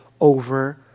over